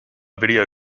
video